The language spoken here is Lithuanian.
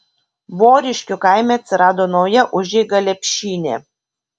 voriškių kaime atsirado nauja užeiga lepšynė